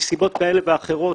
מסיבות כאלה ואחרות,